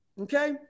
okay